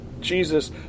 Jesus